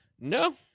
No